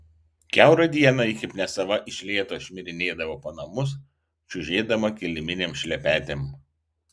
kiaurą dieną ji kaip nesava iš lėto šmirinėdavo po namus čiužėdama kiliminėm šlepetėm